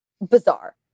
Bizarre